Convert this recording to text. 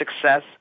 success